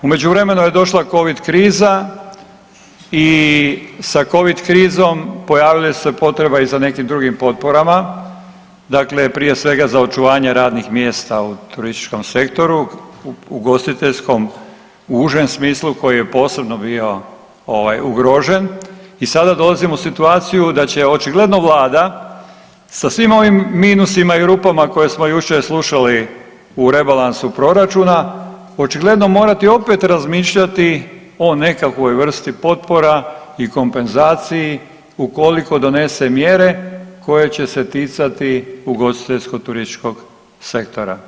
U međuvremenu je došla covid kriza i sa covid krizom pojavila se potreba i za nekim drugim potporama, dakle prije svega za očuvanje radnih mjesta u turističkom sektoru, u ugostiteljskom u užem smislu koji je posebno bio ugrožen i sada dolazimo u situaciju da će očigledno vlada sa svim ovim minusima i rupama koje smo jučer slušali u rebalansu proračuna očigledno morati opet razmišljati o nekakvoj vrsti potpora i kompenzaciji ukoliko donese mjere koje će se ticati ugostiteljsko turističkog sektora.